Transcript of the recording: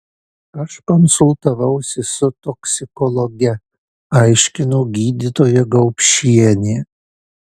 aš konsultavausi su toksikologe aiškino gydytoja gaupšienė